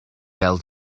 bêl